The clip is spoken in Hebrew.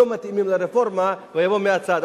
לא מתאימים לרפורמה ויבואו מהצד,